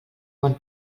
bon